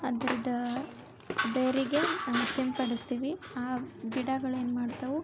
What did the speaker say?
ಅದ್ರದ್ದು ಬೇರಿಗೆ ಸಿಂಪಡಿಸ್ತೀವಿ ಆ ಗಿಡಗಳೇನು ಮಾಡ್ತಾವು